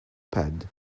pad